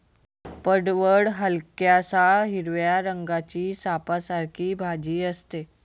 पडवळ हलक्याशा हिरव्या रंगाची सापासारखी भाजी असते